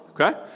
okay